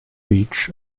beach